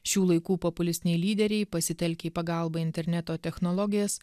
šių laikų populistiniai lyderiai pasitelkę į pagalbą interneto technologijas